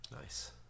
Nice